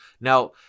Now